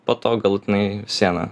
po to galutinai vis viena